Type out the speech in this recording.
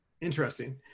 Interesting